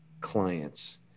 clients